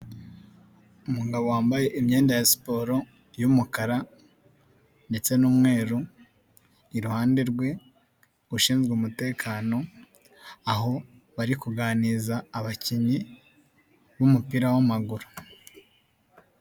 Umugabo wambaye imyenda ya siporo y'umukara, ndetse n'umweru, iruhande rwe, ushinzwe umutekano, aho bari kuganiriza abakinnyi, b'umupira w'amaguru.